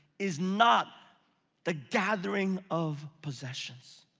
is not the gathering of possessions.